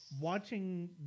watching